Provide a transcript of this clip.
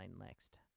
next